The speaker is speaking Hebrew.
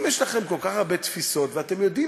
אם יש לכם כל כך הרבה תפיסות ואתם יודעים